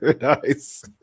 Nice